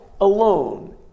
alone